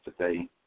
today